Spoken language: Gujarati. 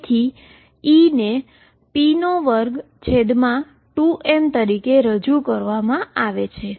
તેથી ને p22m તરીકે રજુ કરવામાં આવે છે